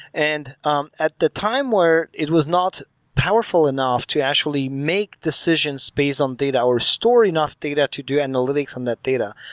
and um at the time where it was not powerful enough to actually make decisions based on data or store enough data to do analytics on that data,